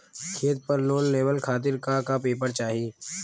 खेत पर लोन लेवल खातिर का का पेपर चाही?